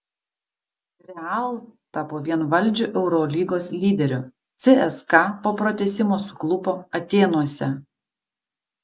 real tapo vienvaldžiu eurolygos lyderiu cska po pratęsimo suklupo atėnuose